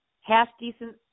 half-decent